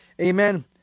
Amen